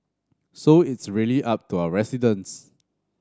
so it's really up to our residents